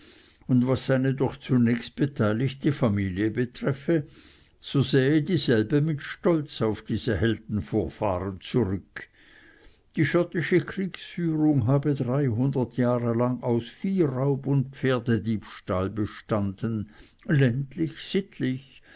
und was seine doch zunächst beteiligte familie betreffe so sähe dieselbe mit stolz auf diese heldenvorfahren zurück die schottische kriegsführung habe dreihundert jahre lang aus viehraub und pferdediebstahl bestanden ländlich sittlich